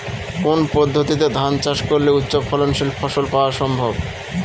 কোন পদ্ধতিতে ধান চাষ করলে উচ্চফলনশীল ফসল পাওয়া সম্ভব?